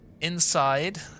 Inside